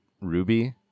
Ruby